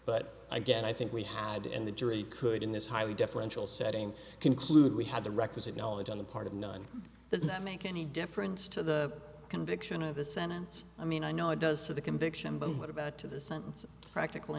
but again i think we had and the jury could in this highly deferential setting conclude we had the requisite knowledge on the part of none that that make any difference to the conviction of the sentence i mean i know it does to the conviction but what about to the sentence practical